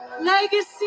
legacy